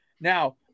Now